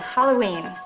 Halloween